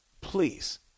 Please